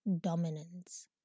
dominance